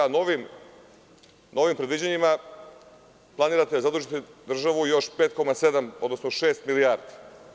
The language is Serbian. Novim predviđanjima planirate da zadužite državu još 5,7 odnosno 6 milijardi.